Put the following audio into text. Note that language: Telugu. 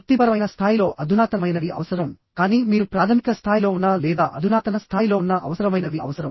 వృత్తిపరమైన స్థాయిలో అధునాతనమైనవి అవసరంకానీ మీరు ప్రాథమిక స్థాయిలో ఉన్నా లేదా అధునాతన స్థాయిలో ఉన్నా అవసరమైనవి అవసరం